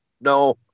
no